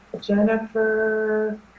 Jennifer